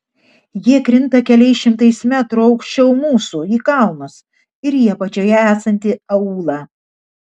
jie krinta keliais šimtais metrų aukščiau mūsų į kalnus ir į apačioje esantį aūlą